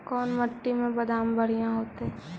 कोन मट्टी में बेदाम बढ़िया होतै?